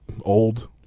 Old